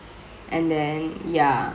and then ya